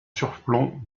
surplomb